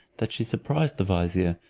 that she surprised the vizier.